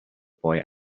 boy